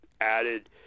added